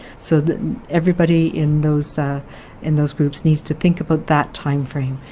so everybody in those in those groups needs to think about that time frame.